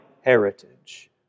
heritage